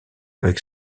avec